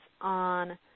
on